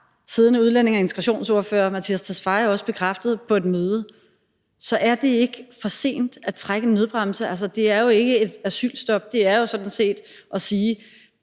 siddende udlændinge- og integrationsminister også bekræftet på et møde. Så er det ikke for sent at trække i nødbremsen? Det er jo ikke et asylstop. Det er jo sådan set at sige: